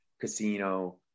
casino